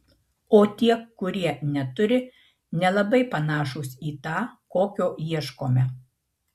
o tie kurie neturi nelabai panašūs į tą kokio ieškome